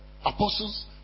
apostles